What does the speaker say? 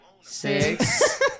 Six